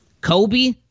Kobe